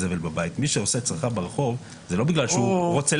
מי שעושה את צרכיו ברחוב עושה את זה לא בגלל שהוא רוצה